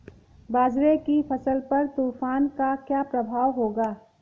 बाजरे की फसल पर तूफान का क्या प्रभाव होगा?